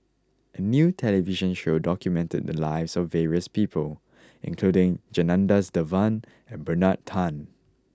a new television show documented the lives of various people including Janadas Devan and Bernard Tan